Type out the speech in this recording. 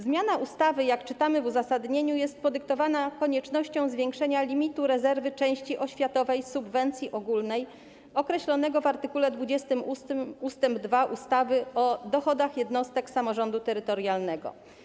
Zmiana ustawy, jak czytamy w uzasadnieniu, jest podyktowana koniecznością zwiększenia limitu rezerwy części oświatowej subwencji ogólnej, określonego w art. 28 ust. 2 ustawy o dochodach jednostek samorządu terytorialnego.